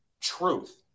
truth